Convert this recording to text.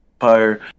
empire